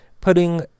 putting